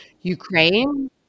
Ukraine